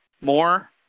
more